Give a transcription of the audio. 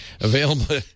Available